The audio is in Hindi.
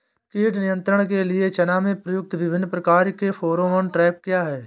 कीट नियंत्रण के लिए चना में प्रयुक्त विभिन्न प्रकार के फेरोमोन ट्रैप क्या है?